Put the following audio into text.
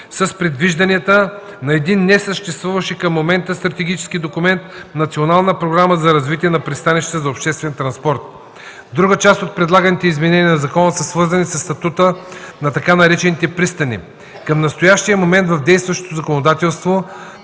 с предвижданията на един несъществуващ и към момента стратегически документ Национална програма за развитие на пристанищата за обществен транспорт. Друга част от предлаганите изменения на закона са свързани със статута на така наречените „пристани”. Към настоящия момент действащото законодателство